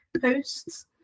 posts